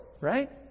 right